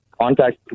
Contact